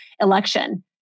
election